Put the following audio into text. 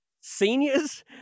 seniors